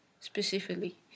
Specifically